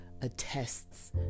attests